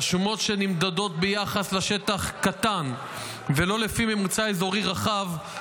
והשומות נמדדות ביחס לשטח קטן ולא לפי ממוצע אזורי רחב,